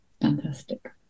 fantastic